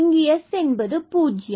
இங்கு s0 என்று ஆகிறது